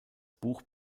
buch